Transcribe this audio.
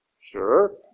Sure